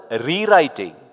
rewriting